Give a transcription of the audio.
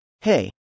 Hey